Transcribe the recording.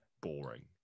boring